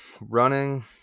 Running